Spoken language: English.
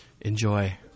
enjoy